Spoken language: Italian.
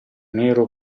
nero